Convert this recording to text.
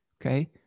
okay